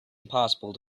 impossible